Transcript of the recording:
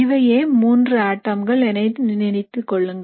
இவையே மூன்று ஆட்டம்கள் என நினைத்துக் கொள்ளுங்கள்